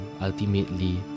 ultimately